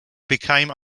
became